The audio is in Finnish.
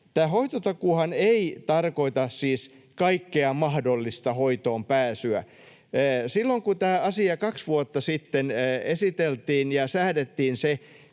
hoitotakuuhan ei tarkoita siis kaikkea mahdollista hoitoonpääsyä. Silloin kun tämä asia kaksi vuotta sitten esiteltiin ja säädettiin se